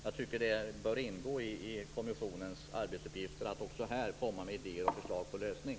Jag tycker att det bör ingå i konventionens arbetsuppgifter att även här komma med idéer och förslag till en lösning.